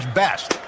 best